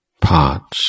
parts